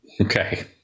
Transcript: okay